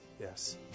yes